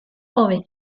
hobe